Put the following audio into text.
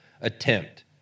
attempt